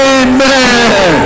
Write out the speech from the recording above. amen